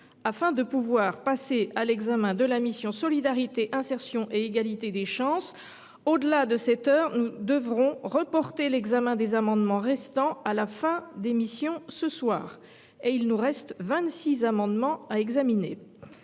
afin de pouvoir passer à l’examen de la mission « Solidarité, insertion et égalité des chances ». À défaut, nous devrons reporter l’examen des amendements restants à la fin des missions ce soir. Il nous reste vingt six amendements à examiner.